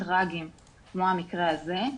טראגיים כמו המקרה הזה,